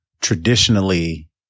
traditionally